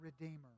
redeemer